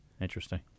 Interesting